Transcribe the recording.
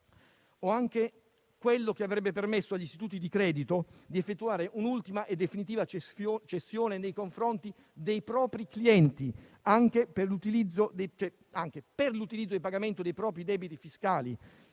valutato quello che avrebbe permesso agli istituti di credito di effettuare un'ultima e definitiva cessione nei confronti dei propri clienti per l'utilizzo nel pagamento dei propri debiti fiscali.